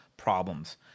problems